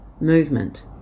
movement